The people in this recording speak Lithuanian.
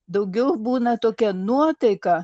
daugiau būna tokia nuotaika